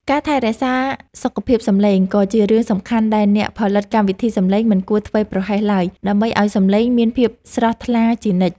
ការថែរក្សាសុខភាពសំឡេងក៏ជារឿងសំខាន់ដែលអ្នកផលិតកម្មវិធីសំឡេងមិនគួរធ្វេសប្រហែសឡើយដើម្បីឱ្យសំឡេងមានភាពស្រស់ថ្លាជានិច្ច។